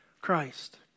Christ